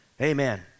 amen